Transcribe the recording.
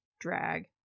drag